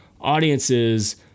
audiences